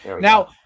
Now